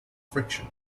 friction